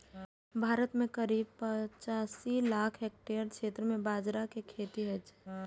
भारत मे करीब पचासी लाख हेक्टेयर क्षेत्र मे बाजरा के खेती होइ छै